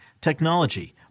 technology